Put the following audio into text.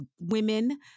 women